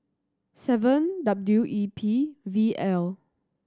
seven W E P V L